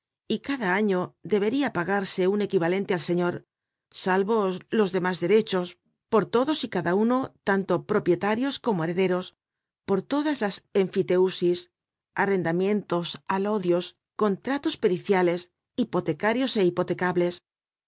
y cada año dcberia pagarse un equivalente al señor salvos los demás derechos por todos y cada uno tanto propietarios como herederos por todas las enfiteusis arrendamientos alodios contratos periciales hipotecarios é hipotecables